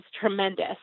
tremendous